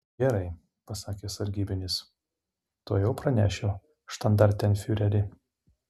gerai pasakė sargybinis tuojau pranešiu štandartenfiureri